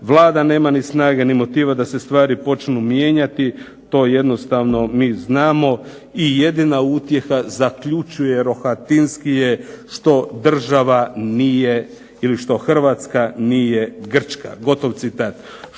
Vlada nema ni snage ni motiva da se stvari počnu mijenjati, to jednostavno mi znamo i jedina utjeha", zaključuje Rohatinski, "je što država nije ili što Hrvatska nije Grčka". Što drugi